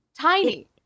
tiny